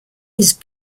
his